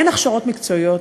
אין הכשרות מקצועיות,